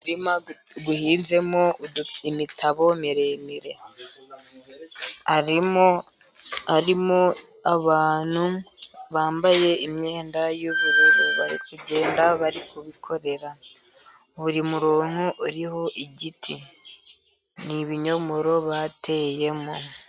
Umurima uhinzemo imitabo miremire. Harimo abantu bambaye imyenda y'ubururu bari kugenda bari kubikorera. Buri murongo uriho igiti. Ni ibinyomoro bateyemo.